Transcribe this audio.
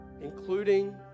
including